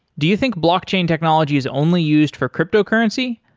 do you think blockchain technology is only used for cryptocurrency?